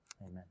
amen